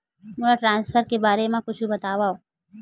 मोला ट्रान्सफर के बारे मा कुछु बतावव?